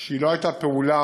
שהיא לא הייתה מתוכננת